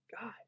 God